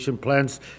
plans